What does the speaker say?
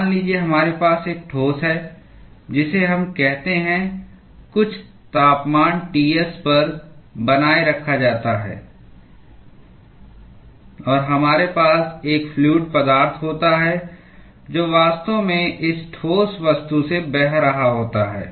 मान लीजिए हमारे पास एक ठोस है जिसे हम कहते हैं कुछ तापमान T s पर बनाए रखा जाता है और हमारे पास एक फ्लूअड पदार्थ होता है जो वास्तव में इस ठोस वस्तु से बह रहा होता है